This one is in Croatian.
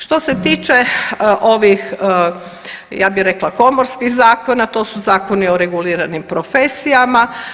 Što se tiče ovih ja bi rekla komorskih zakona to su zakoni o reguliranim profesijama.